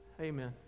Amen